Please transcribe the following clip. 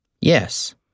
Yes